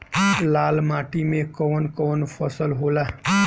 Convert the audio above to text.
लाल माटी मे कवन कवन फसल होला?